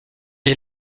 est